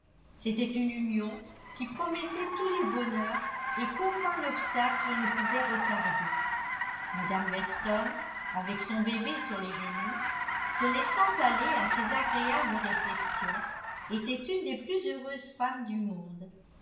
c'était une union qui promettait tous les bonheurs et qu'aucun obstacle ne pouvait retarder mme weston avec son bébé sur les genoux se laissant aller à ces agréables réflexions était une des plus heureuses femmes du monde